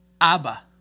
ABBA